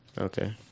Okay